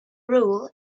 rule